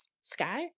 Sky